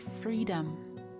freedom